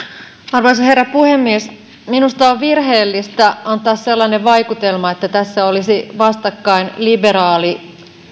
arvoisa herra puhemies minusta on virheellistä antaa sellainen vaikutelma että tässä olisivat vastakkain liberaali